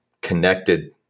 connected